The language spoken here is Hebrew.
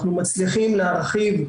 אנחנו מצליחים להרחיב,